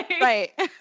Right